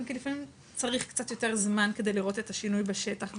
גם כן לפעמים צריך קצת יותר זמן כדי לראות את השינוי בשטח.